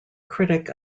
critic